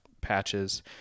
Patches